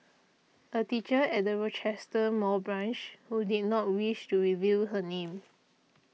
a teacher at the Rochester Mall branch who did not wish to reveal her name